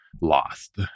lost